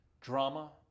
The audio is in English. drama